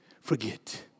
forget